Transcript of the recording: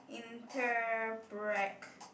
inter brack